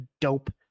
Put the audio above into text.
dope